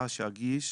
להצעה שאגיש